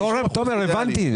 תומר, הבנתי.